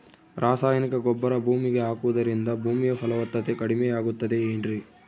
ರಾಸಾಯನಿಕ ಗೊಬ್ಬರ ಭೂಮಿಗೆ ಹಾಕುವುದರಿಂದ ಭೂಮಿಯ ಫಲವತ್ತತೆ ಕಡಿಮೆಯಾಗುತ್ತದೆ ಏನ್ರಿ?